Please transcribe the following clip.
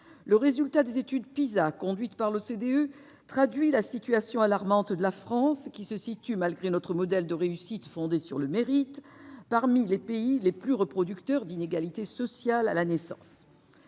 Le résultat des études PISA, conduites par l'OCDE, traduit la situation alarmante de la France, qui, malgré notre modèle de réussite fondé sur le mérite, compte parmi les pays les plus reproducteurs d'inégalités sociales à la naissance.